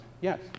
Yes